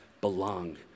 belong